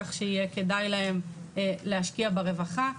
כך שיהיה כדאי להם להשקיע ברווחה.